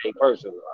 personally